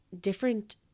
different